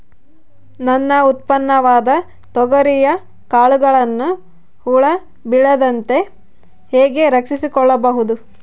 ನನ್ನ ಉತ್ಪನ್ನವಾದ ತೊಗರಿಯ ಕಾಳುಗಳನ್ನು ಹುಳ ಬೇಳದಂತೆ ಹೇಗೆ ರಕ್ಷಿಸಿಕೊಳ್ಳಬಹುದು?